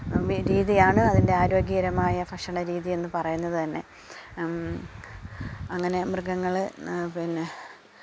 രീതിയാണ് അതിൻറ്റെ ആരോഗ്യകരമായ ഭക്ഷണ രീതി എന്ന് പറയുന്നത് തന്നെ അങ്ങനെ മൃഗങ്ങളെ പിന്നെ